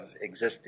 existing